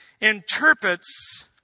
interprets